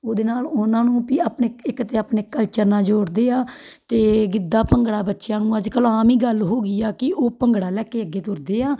ਉਹਦੇ ਨਾਲ ਉਹਨਾਂ ਨੂੰ ਵੀ ਆਪਣੇ ਇ ਇੱਕ ਤਾਂ ਆਪਣੇ ਕਲਚਰ ਨਾਲ ਜੋੜਦੇ ਆ ਅਤੇ ਗਿੱਧਾ ਭੰਗੜਾ ਬੱਚਿਆਂ ਨੂੰ ਅੱਜ ਕੱਲ੍ਹ ਆਮ ਹੀ ਗੱਲ ਹੋ ਗਈ ਆ ਕਿ ਉਹ ਭੰਗੜਾ ਲੈ ਕੇ ਅੱਗੇ ਤੁਰਦੇ ਆ